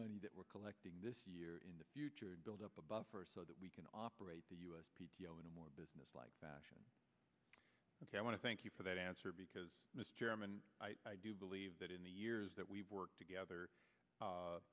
money that we're collecting this year in the future and build up a buffer so that we can operate the u s in a more businesslike fashion ok i want to thank you for that answer because mr chairman i do believe that in the years that we've worked together